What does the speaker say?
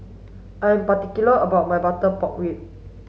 I'm particular about my butter pork ribs